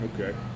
Okay